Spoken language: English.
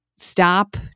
stop